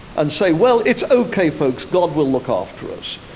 and say well, it's okay, folks, god will look after us.